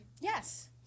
Yes